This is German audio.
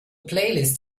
playlist